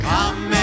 Come